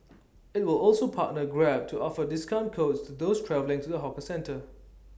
IT will also partner grab to offer discount codes to those travelling to the hawker centre